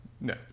no